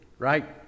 Right